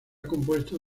compuesto